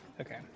Okay